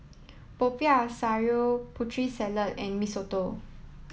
Popiah Sayur Putri Salad and Mee Soto